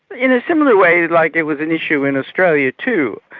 in a similar way like it was an issue in australia too.